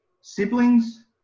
siblings